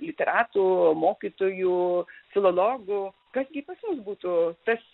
literatų mokytojų filologų kas gi pas mus būtų tas